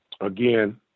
Again